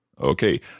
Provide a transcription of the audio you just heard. Okay